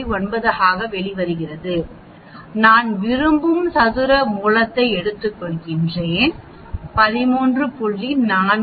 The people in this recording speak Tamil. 9 ஆக வெளிவருகிறது நான் விரும்பும் சதுர மூலத்தை எடுத்துக்கொள்கிறேன்13